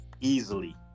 Easily